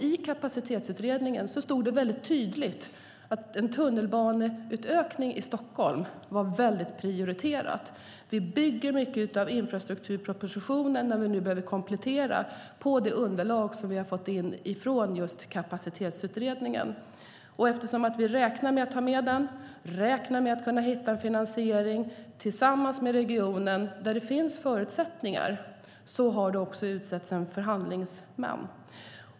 I Kapacitetsutredningen stod det däremot väldigt tydligt att en tunnelbaneutökning i Stockholm är högt prioriterad. När vi nu behöver komplettera bygger vi mycket av infrastrukturpropositionen på det underlag som vi har fått från Kapacitetsutredningen. Vi räknar med att ha med den, och vi räknar med att kunna hitta en finansiering tillsammans med regionen där det finns förutsättningar. Därför har det utsetts en förhandlingsman.